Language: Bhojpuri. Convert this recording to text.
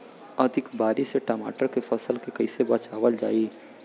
अधिक बारिश से टमाटर के फसल के कइसे बचावल जाई?